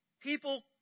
people